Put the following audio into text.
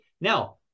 Now